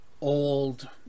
old